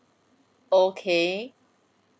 okay